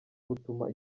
butuma